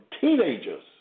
teenagers